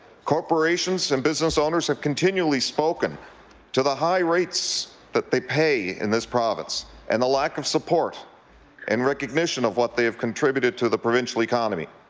corporations and business owners have continually spoken to the high rates that they pay in this province and the lack of support and recognition of what they have contributed to the provincial economy.